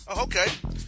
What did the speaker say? Okay